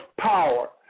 power